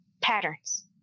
patterns